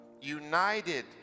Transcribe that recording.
united